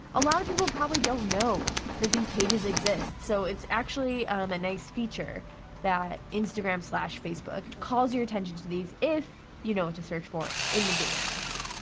a lot of people probably don't know that these pages exist, so it's actually a nice feature that instagram slash facebook calls your attention to these if you know what to search for in the data policy.